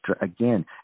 again